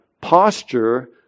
posture